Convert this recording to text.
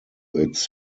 its